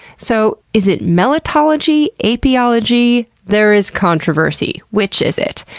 so, is it melittology? apiology? there is controversy. which is it?